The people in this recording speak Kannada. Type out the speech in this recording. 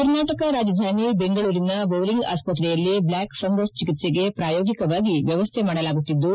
ಕರ್ನಾಟಕ ರಾಜಧಾನಿ ಬೆಂಗಳೂರಿನ ಬೌರಿಂಗ್ ಆಸ್ವತ್ರೆಯಲ್ಲಿ ಬ್ಯಾಕ್ ಫಂಗಸ್ ಚಿಕಿತ್ಸೆಗೆ ಪ್ರಾಯೋಗಿಕವಾಗಿ ವ್ಹವಸ್ಟೆ ಮಾಡಲಾಗುತ್ತಿದ್ದು